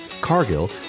Cargill